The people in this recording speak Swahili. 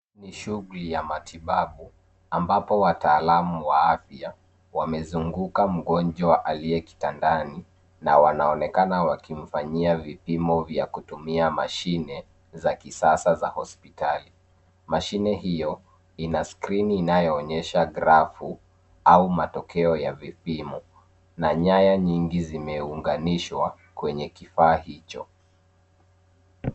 Ni shughuli ya matibabu ambapo wataalamu wa afya wamezunguka mgonjwa aliye kitandani na wanaonekana wakimfanyia vipimo vya kutumia mashine za kisasa za hospitali. Mashine hiyo ina skreeni inayoonyesha grafu au matokeo ya vipimo na nyaya nyingi zimeunganishwa kwenye kifaa hicho.